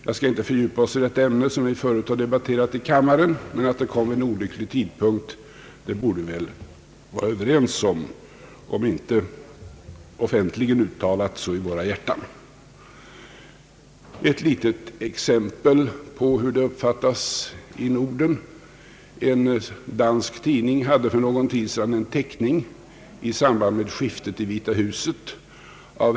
Jag skall inte fördjupa mig i detta ämne, som vi förut har debatterat i kammaren, men att beslutet kom vid en olycklig tidpunkt borde vi vara överens om, om inte offentligt uttalat så dock i våra hjärtan. Jag vill anföra ett litet exempel på hur vårt handlande uppfattas i Norden. En dansk tidning hade för någon tid sedan en teckning i samband med presidentskiftet i Vita huset.